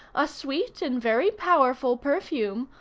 a sweet and very powerful perfume,